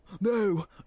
No